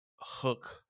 Hook